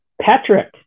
Patrick